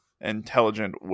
intelligent